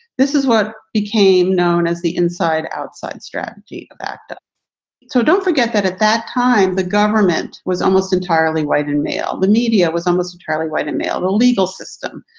this is what became known as the inside outside strategy that. so don't forget that at that time, the government was almost entirely white and male. the media was almost entirely white and male. the legal system.